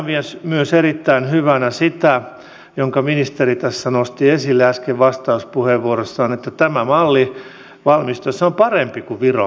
pidän myös erittäin hyvänä sitä minkä ministeri tässä nosti esille äsken vastauspuheenvuorossaan että tämä malli valmistuessaan on parempi kuin viron malli